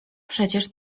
przecież